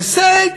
הישג,